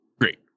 great